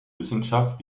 wissenschaft